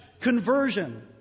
Conversion